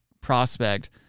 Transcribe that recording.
prospect